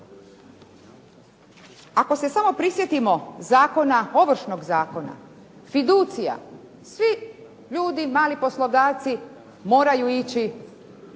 Ako se samo prisjetimo zakona, Ovršnog zakona, fiducija, svi ljudi, mali poslodavci moraju ići